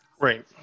Right